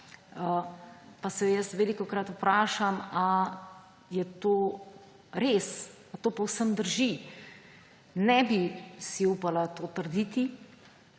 Pa se velikokrat vprašam, ali je to res. Ali to povsem drži? Ne bi si upala to trditi,